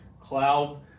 cloud